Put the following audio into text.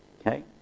Okay